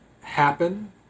Happen